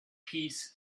piece